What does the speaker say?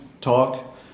talk